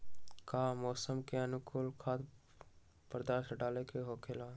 का मौसम के अनुकूल खाद्य पदार्थ डाले के होखेला?